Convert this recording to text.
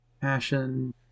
Passion